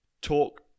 talk